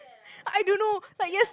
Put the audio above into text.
I don't know like yes~